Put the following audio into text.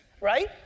Right